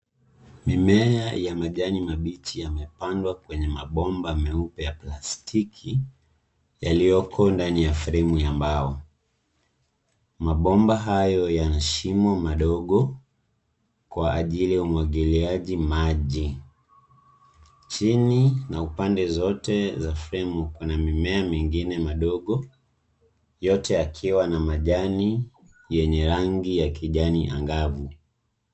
Mimea ya majani mabichi yamepandwa kwenye mabomba meupe ya plastiki yaliyooko ndani ya fremu ya mbao. Mabomba hayo yana shimo madogo kwa ajili ya umwagiliaji maji. Chini na upande zote za fremu pana mimea mengine madogo . Yote yakiwa na majani yenye rangi ya kijani angavu.